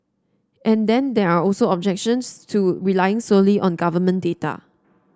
and then there are also objections to relying solely on government data